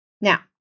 Now